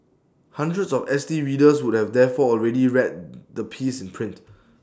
hundreds of S T readers would have therefore already read the piece in print